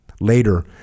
Later